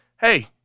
hey